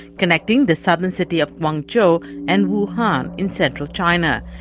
connecting the southern city of guangzhou and wuhan in central china.